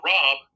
Rob